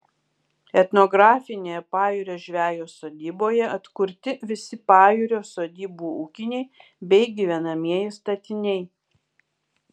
etnografinėje pajūrio žvejo sodyboje atkurti visi pajūrio sodybų ūkiniai bei gyvenamieji statiniai